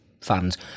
fans